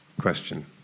Question